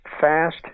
fast